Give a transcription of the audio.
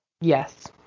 Yes